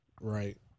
Right